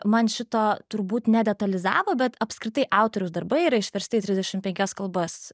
man šito turbūt nedetalizavo bet apskritai autoriaus darbai yra išversti į trisdešim penkias kalbas